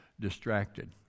distracted